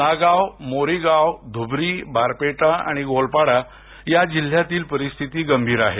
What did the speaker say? नागाव मोरीगाव धुब्री बारपेटा आणि गोलपाडा हा जिल्ह्यांमधील परिस्थिती गंभीर आहे